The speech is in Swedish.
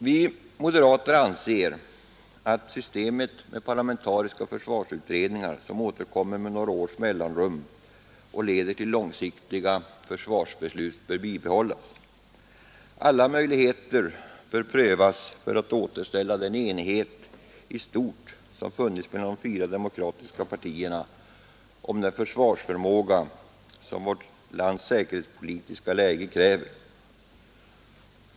Vi anser att systemet med parlamentariska försvarsutredningar som återkommer med - några års mellanrum och leder till långsiktiga försvarsbeslut bör bibehållas. Alla möjligheter bör också prövas för att återställa den enighet i stort som funnits mellan de fyra demokratiska partierna om den försvarsförmåga som vårt lands säkerhetspolitiska läge kräver.